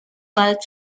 bald